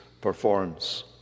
performs